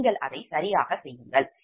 நீங்கள் அதைச் சரியாகச் செய்யுங்கள்